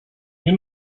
nie